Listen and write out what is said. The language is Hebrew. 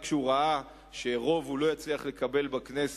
רק כשהוא ראה שרוב הוא לא יצליח לקבל בכנסת,